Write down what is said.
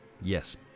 Yes